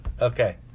Okay